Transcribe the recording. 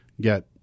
get